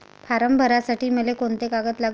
Form भरासाठी मले कोंते कागद लागन?